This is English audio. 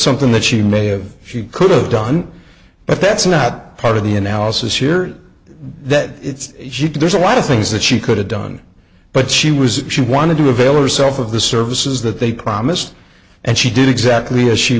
something that she may have she could've done but that's not part of the analysis here that it's there's a lot of things that she could have done but she was she wanted to avail itself of the services that they promised and she did exactly as she